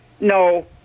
No